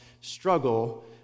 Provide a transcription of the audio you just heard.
struggle